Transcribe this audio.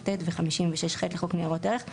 52כט ו־56ח לחוק ניירות ערך,